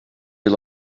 you